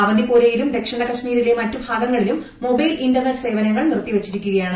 അവന്തിപ്പോരയിലും ദക്ഷിണകശ്മീരിലെ മറ്റ് ഭാഗങ്ങളിലും മൊബൈൽ ഇന്റർനെറ്റ് സേവനങ്ങൾ നിർത്തിവച്ചിരിക്കുകയാണ്